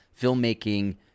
filmmaking